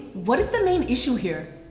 what is the main issue here?